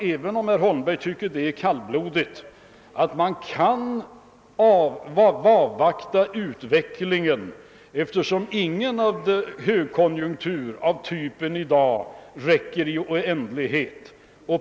Även om herr Holmberg tycker det är kallblodigt anser jag att vi kan avvakta utvecklingen, eftersom ingen högkonjunktur av dagens typ varar i oändlighet.